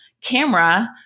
camera